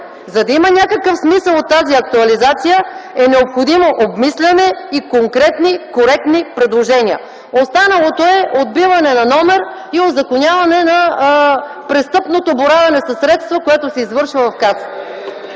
За да има някакъв смисъл от тази актуализация, е необходимо обмисляне и конкретни коректни предложения. Останалото е отбиване на номер и узаконяване на престъпното боравене със средства, което се извършва в